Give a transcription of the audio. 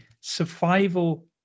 survival